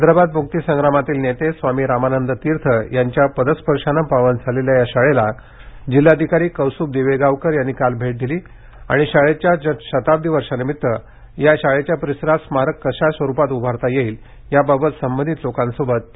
हैद्राबाद मुक्तीसंग्रामातील नेते स्वामी रामानंद तीर्थ यांच्या पदस्पर्शाने पावन झालेल्या या शाळेला जिल्हाधिकारी कौस्त्भ दिवेगावकर यांनी काल भेट देऊन या शाळेच्या शताब्दी वर्षानिमित्त या शाळेच्या परिसरात स्मारक कशा स्वरूपात उभारता येईल याबाबत शाळेशी संबंधित लोकांसोबत चर्चा केली